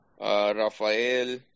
Rafael